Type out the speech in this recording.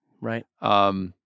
Right